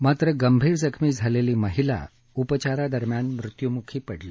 मात्र गंभीर जखमी झालेली महिला उपचारादरम्यान मृत्यूमुखी पडली